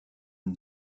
une